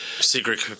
secret